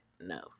no